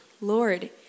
Lord